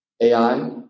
AI